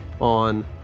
on